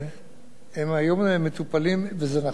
הם מטופלים בצורה מאוד מאוד אינטנסיבית, וזה משרד